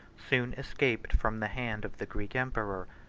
soon escaped from the hand of the greek emperor.